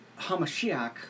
Hamashiach